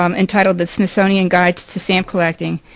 um entitled the smithsonian guide to stamp collecting.